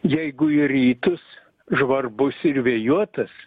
jeigu į rytus žvarbus ir vėjuotas